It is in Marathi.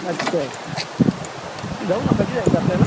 अच्छा अच्छा जाऊ ना कधी जायचं आहे आपल्याला